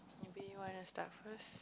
maybe you want to start first